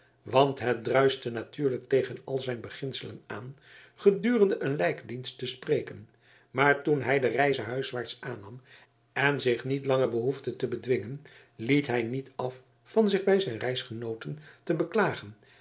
want het druischte natuurlijk tegen al zijn beginselen aan gedurende een lijkdienst te spreken maar toen hij de reize huiswaarts aannam en zich niet langer behoefde te bedwingen liet hij niet af van zich bij zijn reisgenooten te beklagen